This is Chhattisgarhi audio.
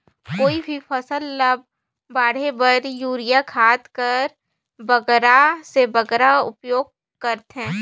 कोई भी फसल ल बाढ़े बर युरिया खाद कर बगरा से बगरा उपयोग कर थें?